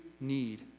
need